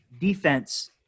defense